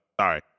sorry